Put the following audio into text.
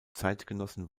zeitgenossen